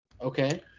Okay